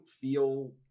feel